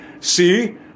See